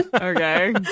okay